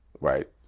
right